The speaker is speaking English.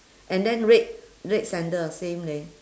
and then red red sandal same leh